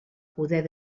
poder